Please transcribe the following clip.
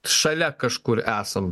šalia kažkur esam